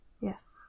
Yes